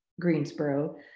greensboro